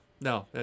No